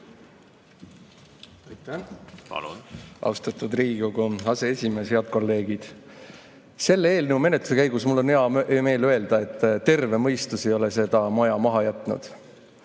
austatud Riigikogu aseesimees! Head kolleegid! Selle eelnõu menetluse käigus mul on hea meel öelda, et terve mõistus ei ole seda maja maha jätnud.